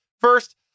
First